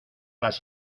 las